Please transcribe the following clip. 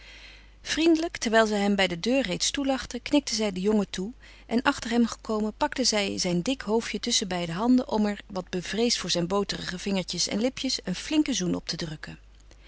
vriendelijk terwijl zij hem bij de deur reeds toelachte knikte zij den jongen toe en achter hem gekomen pakte zij zijn dik hoofdje tusschen beide handen om er wat bevreesd voor zijn boterige vingertjes en lipjes een flinken zoen op te drukken